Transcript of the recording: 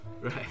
Right